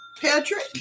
Patrick